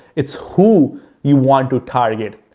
it's who you want to target,